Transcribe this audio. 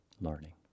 learning